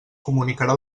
comunicarà